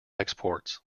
exports